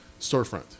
storefront